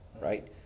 right